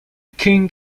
king